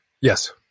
Yes